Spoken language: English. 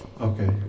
Okay